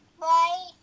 bye